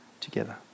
together